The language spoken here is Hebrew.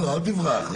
אל תברח.